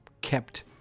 kept